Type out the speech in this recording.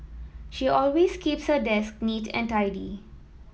she always keeps her desk neat and tidy